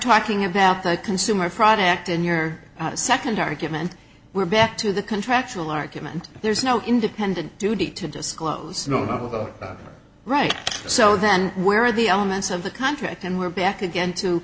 talking about the consumer fraud act and here the second argument we're back to the contractual argument there's no independent duty to disclose no of right so then where are the elements of the contract and we're back again to